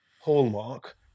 hallmark